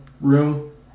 room